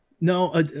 No